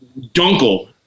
dunkel